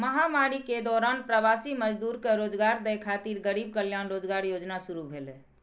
महामारी के दौरान प्रवासी मजदूर कें रोजगार दै खातिर गरीब कल्याण रोजगार योजना शुरू भेलै